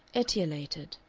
etiolated.